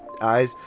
eyes